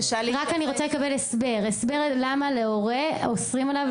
היא לא עובדת